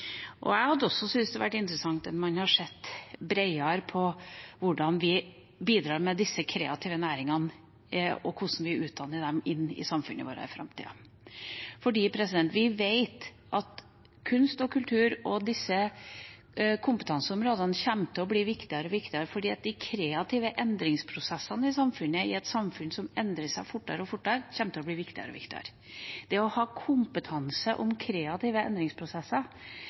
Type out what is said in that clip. Jeg hadde også syntes det hadde vært interessant om man så bredere på hvordan vi bidrar med disse kreative næringene, og hvordan vi utdanner derfra og inn i samfunnet i framtida. Vi vet nemlig at kunst og kultur og disse kompetanseområdene kommer til å bli viktigere og viktigere, fordi de kreative endringsprosessene i et samfunn som endrer seg fortere og fortere, kommer til å bli viktigere og viktigere. Å ha kompetanse på kreative endringsprosesser,